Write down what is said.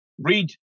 Read